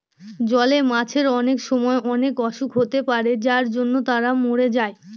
জলে মাছের অনেক সময় অনেক অসুখ হতে পারে যার জন্য তারা মরে যায়